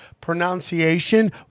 pronunciation